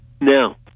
Now